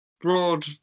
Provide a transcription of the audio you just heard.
broad